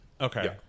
Okay